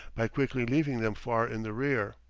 by quickly leaving them far in the rear.